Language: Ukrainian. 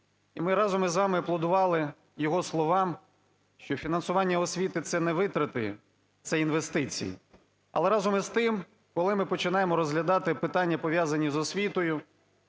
І ми разом із вами аплодували його словам, що фінансування освіти – це не витрати, це інвестиції. Але разом із тим, коли ми починаємо розглядати питання, пов'язані з освітою,